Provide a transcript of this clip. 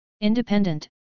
independent